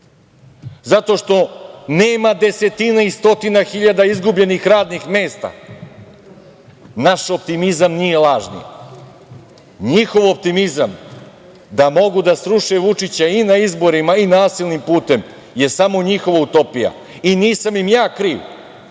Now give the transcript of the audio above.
zato što nema desetina i stotina hiljada izgubljenih radnih mesta. Naš optimizam nije lažni. Njihov optimizam da mogu da sruše Vučića i na izborima i nasilnim putem je samo njihova utopija. I nisam im ja kriv